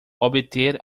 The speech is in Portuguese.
obter